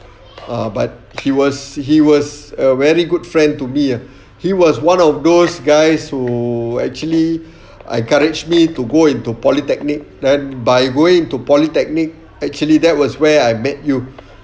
ah but he was he was a very good friend to me ah he was one of those guys who actually encouraged me to go into polytechnic then by going into polytechnic actually that was where I met you